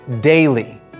daily